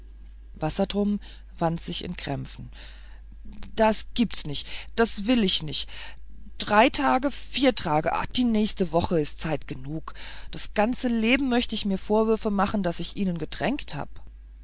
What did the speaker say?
sein wassertrum wand sich in krämpfen das gibt's nicht das will ich nicht drei tag vier tag die nächste woche is zeit genug das ganze leben möcht ich mir vorwürfe machen daß ich ihnen gedrängt hab